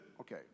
Okay